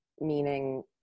meaning